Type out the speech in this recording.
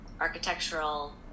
architectural